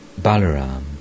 Balaram